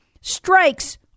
strikes